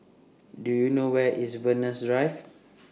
Do YOU know Where IS Venus Drive